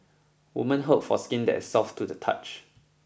women hope for skin that is soft to the touch